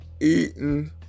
eating